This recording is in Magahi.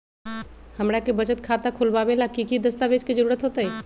हमरा के बचत खाता खोलबाबे ला की की दस्तावेज के जरूरत होतई?